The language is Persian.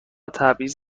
تبعیض